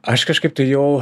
aš kažkaip tai jau